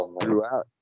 throughout